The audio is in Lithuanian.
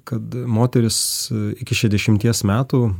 kad moteris iki šešiasdešimties metų